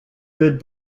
good